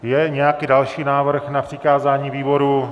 Je nějaký další návrh na přikázání výboru?